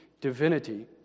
divinity